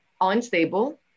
unstable